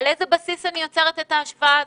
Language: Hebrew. על איזה בסיס אני יוצרת את ההשוואה הזו?